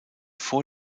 vor